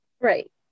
Right